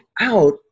out